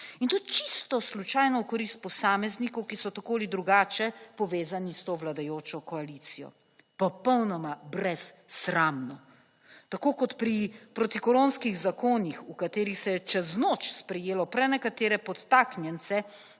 In to čisto slučajno v korist posameznikov, ki so tako ali drugače povezani s to vladajočo koalicijo popolnoma brezsramno. Tako kot pri protikoronskih zakonih, v katerih se je čez noč sprejelo prenekatere podtaknjence,